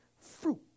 fruit